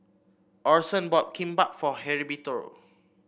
Orson bought Kimbap for Heriberto